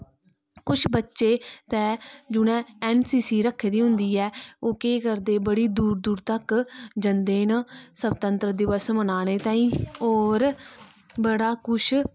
कुछ बच्चे ते जिनें एनसीसी रक्खी दी होंदी ऐ ओह् केह् करदे बड़ी दूर दूर तक जंदे ना स्बतंत्राता दिवस मनाने तांई ओह् और बड़ा कुछ